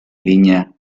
línea